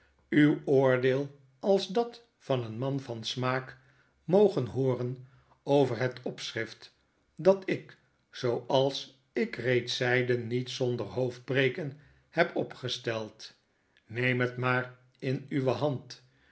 uw oordeel als dat van een man van smaak mdgen hooren over het opschrift dat ik zooals ik reeds zeide niet zonder hoofdbreken heb opgesteld neem het maar in uwe hand